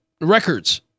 records